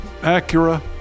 Acura